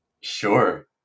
Sure